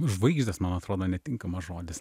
žvaigždės man atrodo netinkamas žodis